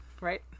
right